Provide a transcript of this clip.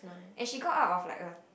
and she got out of a